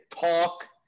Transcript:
talk